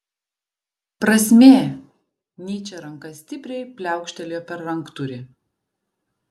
prasmė nyčė ranka stipriai pliaukštelėjo per ranktūrį